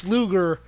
Luger